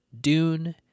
Dune